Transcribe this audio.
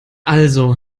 also